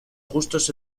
justos